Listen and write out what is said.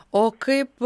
o kaip